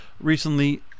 Recently